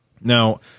Now